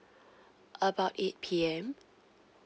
about eight P_M